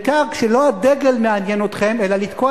בעיקר כשלא הדגל מעניין אתכם אלא לתקוע